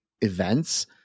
events